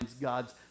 God's